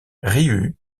ryu